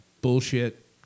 bullshit